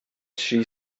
she